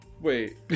Wait